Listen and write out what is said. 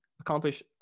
accomplish